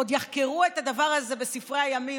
עוד יחקרו את הדבר הזה בספרי הימים,